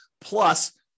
plus